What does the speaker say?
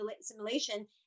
simulation